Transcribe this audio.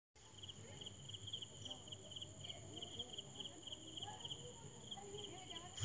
public bank গুলাতে টাকা রাখলে শুধ পাওয়া যায়